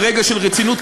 ברגע של רצינות,